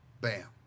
Bam